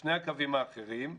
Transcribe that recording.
שני הקווים האחרים,